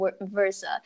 versa